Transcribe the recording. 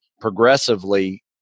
progressively